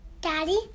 Daddy